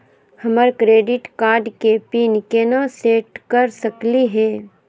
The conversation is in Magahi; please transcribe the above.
हमर क्रेडिट कार्ड के पीन केना सेट कर सकली हे?